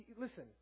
listen